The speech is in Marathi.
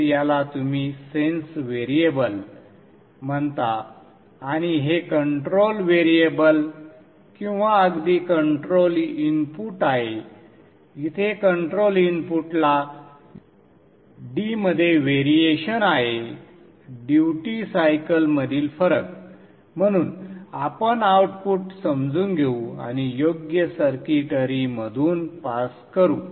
तर याला तुम्ही सेन्स व्हेरिएबल म्हणता आणि हे कंट्रोल व्हेरिएबल किंवा अगदी कंट्रोल इनपुट आहे इथे कंट्रोल इनपुटला D मध्ये व्हेरिएशन आहे ड्युटी सायकलमधील फरक म्हणून आपण आउटपुट समजून घेऊ आणि योग्य सर्किटरीमधून पास करू